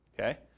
Okay